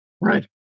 Right